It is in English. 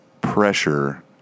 pressure